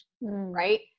right